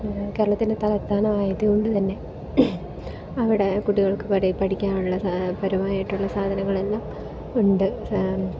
കേരളത്തിൻ്റെ തലസ്ഥാനമായത് കൊണ്ട് തന്നെ അവിടെ കുട്ടികൾക്ക് കുറേ പഠിക്കാനുള്ള പരമായിട്ടുള്ള സാധനങ്ങളെല്ലാം ഉണ്ട്